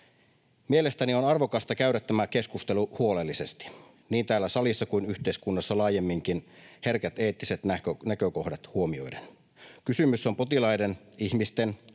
Mielestäni on arvokasta käydä tämä keskustelu huolellisesti, niin täällä salissa kuin yhteiskunnassa laajemminkin, herkät eettiset näkökohdat huomioiden. Kysymys on potilaiden, ihmisten,